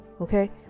okay